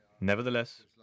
Nevertheless